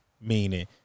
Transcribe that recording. meaning